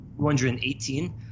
218